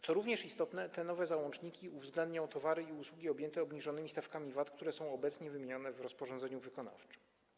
Co również istotne, nowe załączniki uwzględnią towary i usługi objęte obniżonymi stawkami VAT, które są obecnie wymienione w rozporządzeniu wykonawczym.